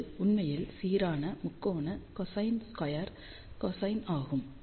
இது உண்மையில் சீரான முக்கோண கொசைன் ஸ்கொயர் கொசைன் ஆகும்